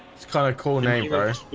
it's kind of cold name first,